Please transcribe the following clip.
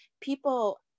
people